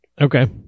Okay